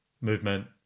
movement